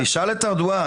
תשאל את ארדואן.